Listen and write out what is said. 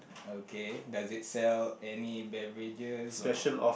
okay does it sell any beverages or